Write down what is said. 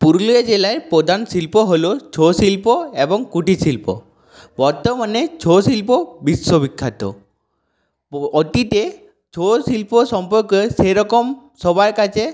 পুরুলিয়া জেলায় প্রধান শিল্প হল ছৌ শিল্প এবং কুটির শিল্প বর্তমানে ছৌ শিল্প বিশ্ববিখ্যাত অতীতে ছৌ শিল্প সম্পর্কে সেরকম সবার কাছে